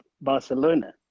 barcelona